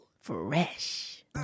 Fresh